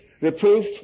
reproof